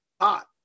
hot